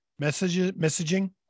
messaging